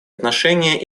отношения